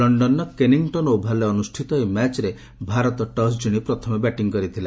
ଲଣ୍ଡନର କେନିଙ୍ଗଟନ୍ ଓଭାଲ୍ରେ ଅନୁଷ୍ଠିତ ଏହି ମ୍ୟାଚ୍ରେ ଭାରତ ଟସ୍ ଜିଶି ପ୍ରଥମେ ବ୍ୟାଟିଂ କରିଥିଲା